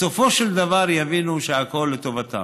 בסופו של דבר יבינו שהכול לטובתם,